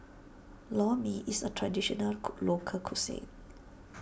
Lor Mee is a traditional co local cuisine